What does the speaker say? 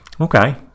Okay